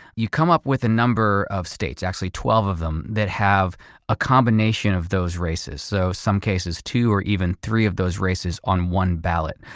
you come up with a number of states, actually twelve of them that have a combination of those races. so in some cases, two or even three of those races on one ballot.